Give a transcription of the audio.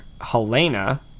Helena